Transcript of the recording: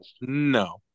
No